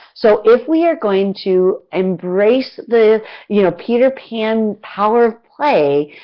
so, if we're going to embrace the you know peter pan power of play,